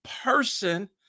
person